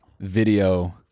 video